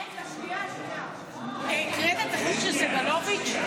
רגע, שנייה, שנייה, הקראת את החוק של סגלוביץ'?